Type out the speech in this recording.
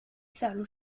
فعل